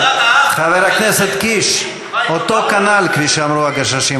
חבר הכנסת קיש, אותו כנ"ל, כפי שאמרו "הגששים".